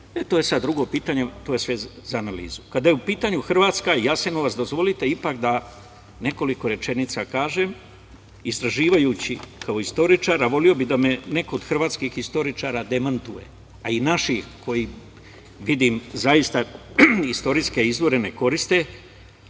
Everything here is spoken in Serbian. To je sada drugo pitanje, to je sve za analizu. Kada je u pitanju Hrvatska i Jasenovac, dozvolite ipak da nekoliko rečenica kažem. Istražujući kao istoričar, a voleo bih da me neko od hrvatskih istoričara demantuje, a i naši, koji, vidim, zaista istorijske izvore ne koriste. Tvorac